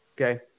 Okay